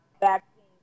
vaccine